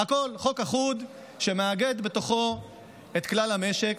הכול, חוק אחוד שמאגד בתוכו את כלל המשק.